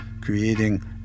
creating